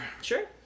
sure